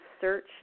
search